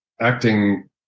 acting